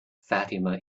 fatima